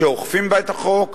שאוכפים בה את החוק,